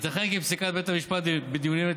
ייתכן כי פסיקת בית המשפט בדיונים אלה